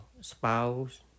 spouse